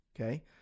Okay